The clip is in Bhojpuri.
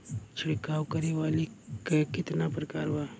छिड़काव करे वाली क कितना प्रकार बा?